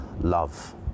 love